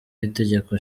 w’itegeko